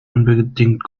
unbedingt